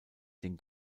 den